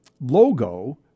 logo